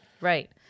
Right